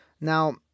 Now